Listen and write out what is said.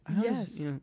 yes